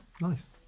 nice